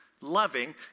loving